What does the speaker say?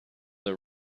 the